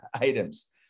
items